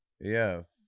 yes